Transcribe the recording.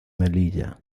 melilla